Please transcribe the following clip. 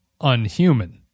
unhuman